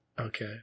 Okay